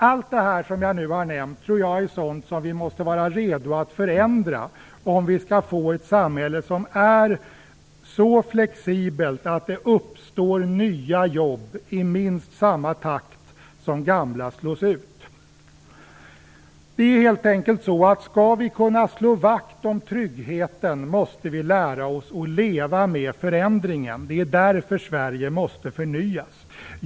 Allt det här som jag nu har nämnt tror jag är sådant vi måste vara redo att förändra om vi skall få ett samhälle som är så flexibelt att det uppstår nya jobb i minst samma takt som gamla slås ut. Det är helt enkelt så att om vi skall kunna slå vakt om tryggheten måste vi lära oss att leva med förändringen. Det är därför Sverige måste förnyas.